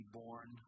born